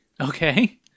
Okay